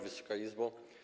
Wysoka Izbo!